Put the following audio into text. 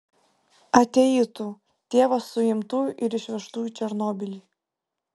ateitų tėvas suimtų ir išvežtų į černobylį